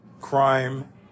crime